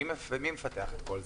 מי מפתח את כל זה?